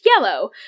yellow